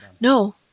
No